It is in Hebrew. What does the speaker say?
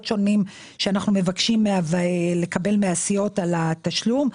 שונים שאנחנו מבקשים לקבל מהסיעות על התשלום.